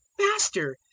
master,